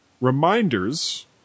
reminders